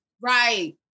right